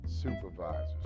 Supervisors